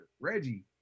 Reggie